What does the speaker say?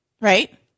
right